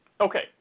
okay